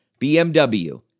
BMW